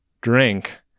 drink